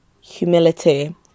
humility